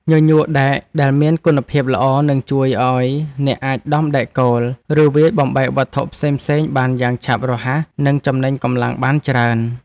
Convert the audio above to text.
ញញួរដែកដែលមានគុណភាពល្អនឹងជួយឱ្យអ្នកអាចដំដែកគោល ឬវាយបំបែកវត្ថុផ្សេងៗបានយ៉ាងឆាប់រហ័ស និងចំណេញកម្លាំងបានច្រើន។